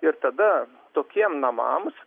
ir tada tokiem namams